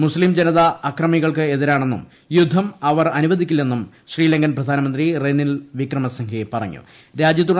മുസ്തീം ജനത അക്രമികൾക്ക് എതിരാണെന്നും യുദ്ധം അവർ അനുവദിക്കില്ലെന്നും ശ്രീല്ക്കൻ പ്രധാനമന്ത്രി റെനിൽ വിക്രമസിംഗെ പറഞ്ഞു